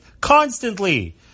constantly